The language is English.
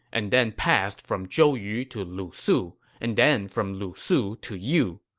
and then passed from zhou yu to lu su, and then from lu su to you.